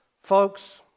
folks